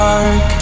Dark